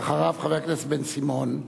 ואחריו חבר הכנסת בן-סימון.